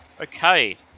Okay